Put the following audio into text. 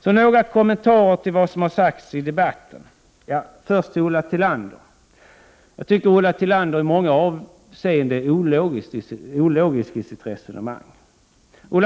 Så några kommentarer till vad som har sagts i debatten. Jag tycker att Ulla Tillander i många avseenden är ologisk i sitt sätt att resonera. Hon